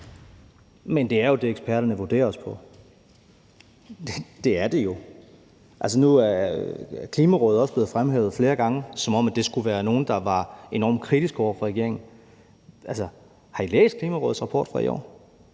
Men det er jo det, eksperterne vurderer os på – det er det jo. Nu er Klimarådet også blevet fremhævet flere gange, som om det skulle være nogen, der var enormt kritisk over for regeringen. Har I læst Klimarådets rapport for i år?